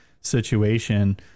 Situation